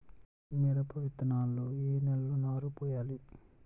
మిరప విత్తనాలు ఏ నెలలో నారు పోయాలి?